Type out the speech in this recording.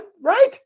right